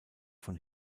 von